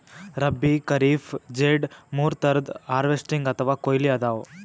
ರಬ್ಬೀ, ಖರೀಫ್, ಝೆಡ್ ಮೂರ್ ಥರದ್ ಹಾರ್ವೆಸ್ಟಿಂಗ್ ಅಥವಾ ಕೊಯ್ಲಿ ಅದಾವ